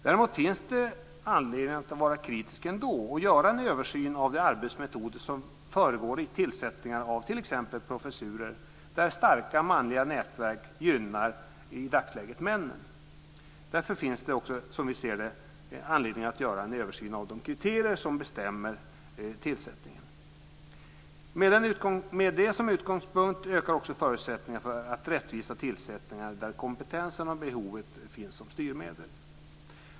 Däremot finns det anledning att vara kritisk och göra en översyn av de arbetsmetoder som föregår tillsättningar av t.ex. professurer. De starka manliga nätverk som finns gynnar i dagsläget männen. Därför finns det, som vi ser det, anledning att göra en översyn av de kriterier som bestämmer tillsättningen. Med det som utgångspunkt ökar förutsättningarna för rättvisa tillsättningar där kompetensen och behovet finns som styrmedel.